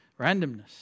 randomness